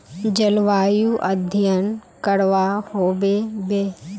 जलवायु अध्यन करवा होबे बे?